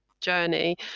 journey